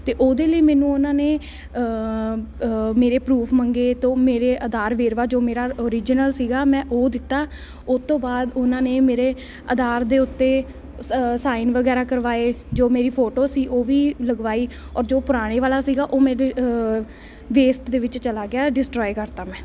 ਅਤੇ ਉਹਦੇ ਲਈ ਮੈਨੂੰ ਉਹਨਾਂ ਨੇ ਮੇਰੇ ਪਰੂਫ ਮੰਗੇ ਅਤੇ ਉਹ ਮੇਰੇ ਆਧਾਰ ਵੇਰਵਾ ਜੋ ਮੇਰਾ ਓਰਿਜਨਲ ਸੀਗਾ ਮੈਂ ਉਹ ਦਿੱਤਾ ਉਹ ਤੋਂ ਬਾਅਦ ਉਹਨਾਂ ਨੇ ਮੇਰੇ ਆਧਾਰ ਦੇ ਉੱਤੇ ਸ ਸਾਈਨ ਵਗੈਰਾ ਕਰਵਾਏ ਜੋ ਮੇਰੀ ਫੋਟੋ ਸੀ ਉਹ ਵੀ ਲਗਵਾਈ ਔਰ ਜੋ ਪੁਰਾਣੇ ਵਾਲਾ ਸੀਗਾ ਉਹ ਮੇਰੇ ਵੇਸਟ ਦੇ ਵਿੱਚ ਚਲਾ ਗਿਆ ਡਿਸਟਰੋਏ ਕਰਤਾ ਮੈਂ